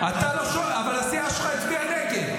אתה לא, אבל הסיעה שלך הצביעה נגד.